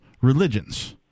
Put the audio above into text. religions